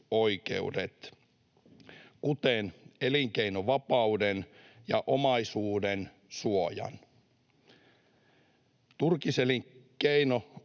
perusoikeudet, kuten elinkeinonvapauden ja omaisuudensuojan. Turkiselinkeinolla